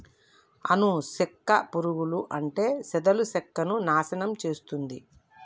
అను సెక్క పురుగులు అంటే చెదలు సెక్కను నాశనం చేస్తుంది